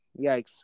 Yikes